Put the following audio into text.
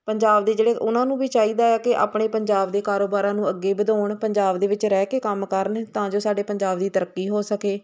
ਪੰਜਾਬ ਦੇ ਜਿਹੜੇ ਉਹਨਾਂ ਨੂੰ ਵੀ ਚਾਹੀਦਾ ਕਿ ਆਪਣੇ ਪੰਜਾਬ ਦੇ ਕਾਰੋਬਾਰਾਂ ਨੂੰ ਅੱਗੇ ਵਧਾਉਣ ਪੰਜਾਬ ਦੇ ਵਿੱਚ ਰਹਿ ਕੇ ਕੰਮ ਕਰਨ ਤਾਂ ਜੋ ਸਾਡੇ ਪੰਜਾਬ ਦੀ ਤਰੱਕੀ ਹੋ ਸਕੇ